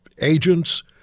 agents